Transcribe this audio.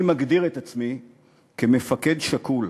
אני מגדיר את עצמי כמפקד שַׁכּוּל,